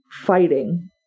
fighting